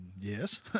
Yes